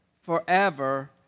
Forever